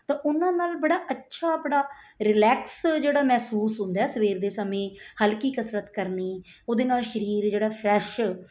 ਤਾਂ ਉਹਨਾਂ ਨਾਲ ਬੜਾ ਅੱਛਾ ਬੜਾ ਰਿਲੈਕਸ ਜਿਹੜਾ ਮਹਿਸੂਸ ਹੁੰਦਾ ਸਵੇਰ ਦੇ ਸਮੇਂ ਹਲਕੀ ਕਸਰਤ ਕਰਨੀ ਉਹਦੇ ਨਾਲ ਸਰੀਰ ਜਿਹੜਾ ਫਰੈਸ਼